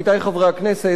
עמיתי חברי הכנסת,